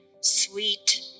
sweet